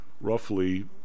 roughly